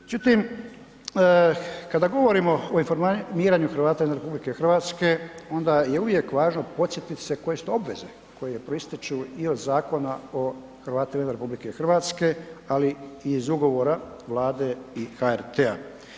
Međutim, kada govorimo o informiranju Hrvata izvan RH onda je uvijek važno podsjetit se koje su to obveze koje proističu i od Zakona o Hrvatima izvan RH, ali i iz ugovora Vlade i HRT-a.